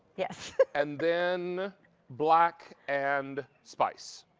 yes. and then black and spice.